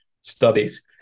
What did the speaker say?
Studies